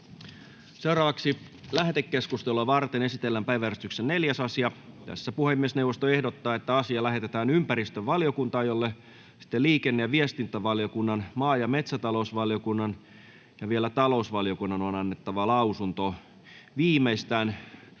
Content: Lähetekeskustelua varten esitellään päiväjärjestyksen 4. asia. Puhemiesneuvosto ehdottaa, että asia lähetetään ympäristövaliokuntaan, jolle liikenne- ja viestintävaliokunnan, maa- ja metsätalousvaliokunnan ja talousvaliokunnan on annettava lausunto viimeistään